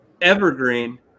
Evergreen